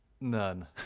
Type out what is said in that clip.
None